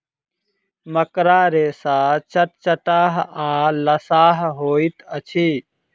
मकड़ा रेशा चटचटाह आ लसाह होइत अछि